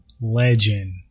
legend